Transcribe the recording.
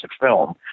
film